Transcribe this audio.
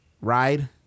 Ride